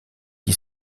qui